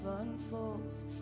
unfolds